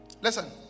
Listen